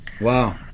Wow